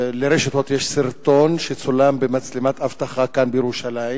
יש סרטון שצולם במצלמת אבטחה כאן בירושלים,